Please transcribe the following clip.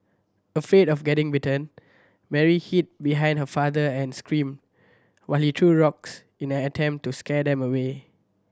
afraid of getting bitten Mary hid behind her father and screamed while he threw rocks in an attempt to scare them away